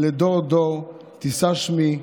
"לדור דור תישא שמי.